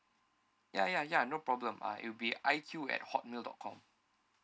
ya ya ya no problem uh it'll be I_Q at hotmail dot com